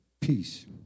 peace